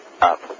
up